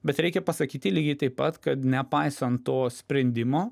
bet reikia pasakyti lygiai taip pat kad nepaisant to sprendimo